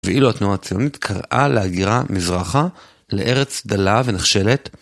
ואילו התנועה הציונית קראה להגירה מזרחה לארץ דלה ונחשלת.